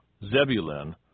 Zebulun